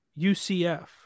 UCF